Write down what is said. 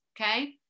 okay